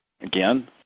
Again